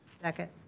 Second